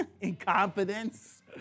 incompetence